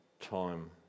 time